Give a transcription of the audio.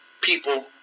people